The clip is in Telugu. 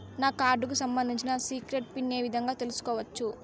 నా కార్డుకు సంబంధించిన సీక్రెట్ పిన్ ఏ విధంగా తీసుకోవచ్చు?